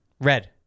Red